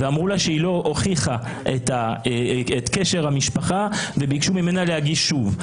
ואמרו לה שהיא לא הוכיחה את קשר המשפחה וביקשו ממנה להגיש שוב.